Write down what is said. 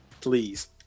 Please